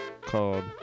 called